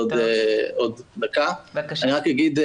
בעצם אני אתייחס